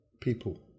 people